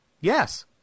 Yes